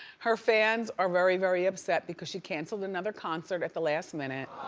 her fans are very, very upset because, she canceled another concert at the last minute.